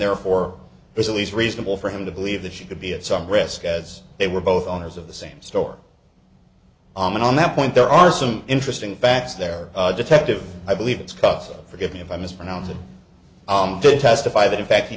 therefore there's at least reasonable for him to believe that she could be at some risk as they were both owners of the same store on that point there are some interesting facts there detective i believe it's cuff or give me if i mispronounce it to testify that in fact he